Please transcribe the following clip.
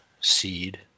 seed